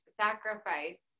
sacrifice